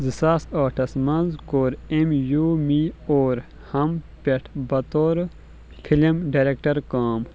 زٟ ساس ٲٹھس منٛز کوٚر أمۍ یوٗ مِی اور ہم پیٚٹھ بطورِ فِلم ڈاریکٹر کٲم